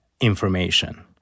information